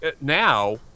now